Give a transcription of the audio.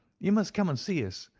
you must come and see us.